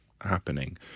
happening